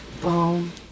boom